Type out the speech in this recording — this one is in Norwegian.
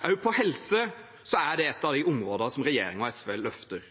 Helse er også et av de områdene som regjeringen og SV løfter.